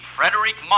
Frederick